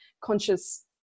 conscious